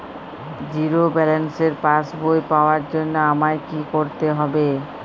Zero ব্যালেন্সের পাসবই পাওয়ার জন্য আমায় কী করতে হবে?